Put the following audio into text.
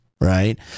right